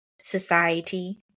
society